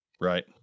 Right